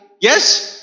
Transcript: Yes